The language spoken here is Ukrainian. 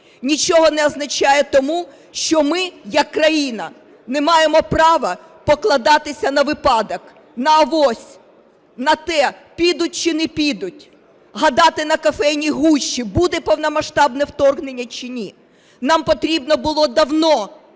Нічого не означає тому, що ми як країна не маємо права покладатися на випадок, на авось, на те, підуть чи не підуть, гадати на кофейній гущі, буде повномасштабне вторгнення чи ні. Нам потрібно було давно,